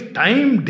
time